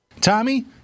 Tommy